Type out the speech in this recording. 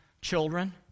children